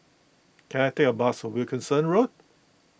can I take a bus to Wilkinson Road